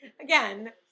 again